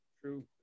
true